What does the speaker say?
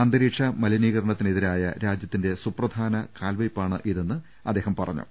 അന്തരീക്ഷ മലിനീകരണത്തിന് എതിരായ രാജ്യത്തിന്റെ സുപ്രധാന കാൽവെ യ്പ്പാണിതെന്ന് അദ്ദേഹം പറഞ്ഞു